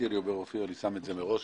אני שם את זה מראש.